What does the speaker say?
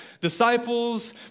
disciples